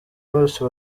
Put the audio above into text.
bose